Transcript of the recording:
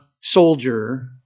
soldier